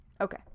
Okay